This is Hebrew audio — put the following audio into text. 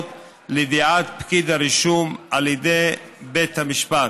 לידיעת פקיד הרישום על ידי בית המשפט.